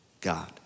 God